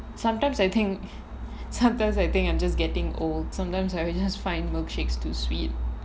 sometimes I think sometimes I think I'm just getting old sometimes I will just find milkshakes too sweet